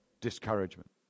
discouragement